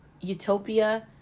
utopia